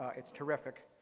ah it's terrific.